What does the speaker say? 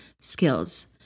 skills